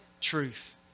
truth